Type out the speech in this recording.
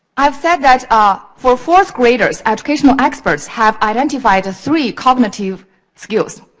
i've said that ah for fourth graders, educational experts have identified three cognitive skills.